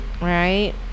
Right